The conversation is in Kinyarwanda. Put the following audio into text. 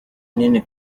nini